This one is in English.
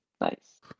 Nice